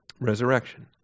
resurrection